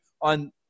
on